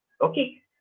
Okay